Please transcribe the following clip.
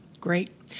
Great